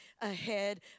ahead